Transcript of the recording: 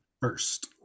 first